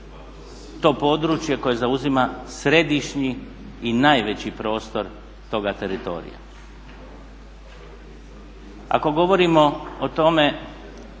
to područje koje zauzima središnji i najveći prostor toga teritorija. Ako govorimo o tome